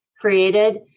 created